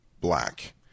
black